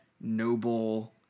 noble